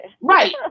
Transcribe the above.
Right